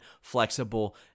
flexible